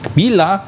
bila